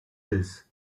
this